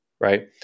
Right